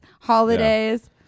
holidays